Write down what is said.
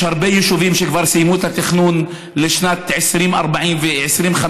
יש הרבה יישובים שכבר סיימו את התכנון בהם לשנת 2040 ו-2050,